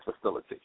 facility